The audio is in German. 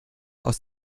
aus